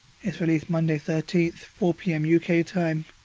it's released monday thirteenth, four pm yeah uk time,